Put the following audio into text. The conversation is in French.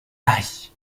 paris